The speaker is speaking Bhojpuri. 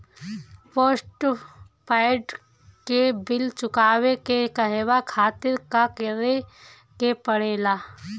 पोस्टपैड के बिल चुकावे के कहवा खातिर का करे के पड़ें ला?